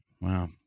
Wow